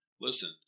Listen